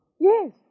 Yes